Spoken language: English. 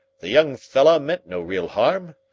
the young fellah meant no real harm.